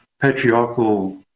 patriarchal